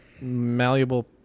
malleable